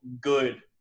good